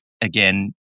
Again